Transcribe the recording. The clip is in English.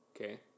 Okay